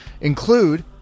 include